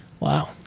Wow